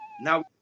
Now